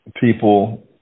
people